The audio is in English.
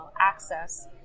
access